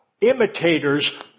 imitators